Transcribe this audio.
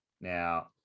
Now